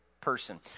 person